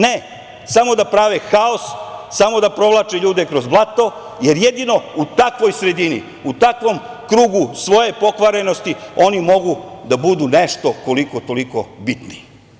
Ne, samo da prave haos, samo da provlače ljude kroz blato, jer jedino u takvoj sredini, u takvom krugu svoje pokvarenosti oni mogu da budu nešto koliko-toliko bitni.